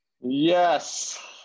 Yes